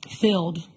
filled